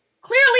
clearly